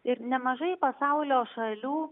ir nemažai pasaulio šalių